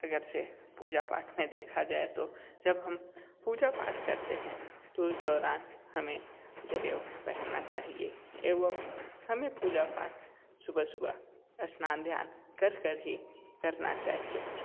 अगर से पूजा पाठ में देखा जाए तो जब हम पूजा पाठ करते हैं तो उस दौरान हमें जनेऊ पहनना चाहिए एवं हमें पूजा पाठ सुबह सुबह स्नान ध्यान करके ही करना चाहिए